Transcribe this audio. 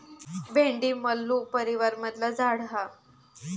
भेंडी मल्लू परीवारमधला झाड हा